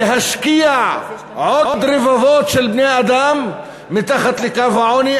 להשקיע עוד רבבות של בני-אדם מתחת לקו העוני,